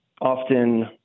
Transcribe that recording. often